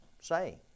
say